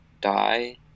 die